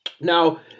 Now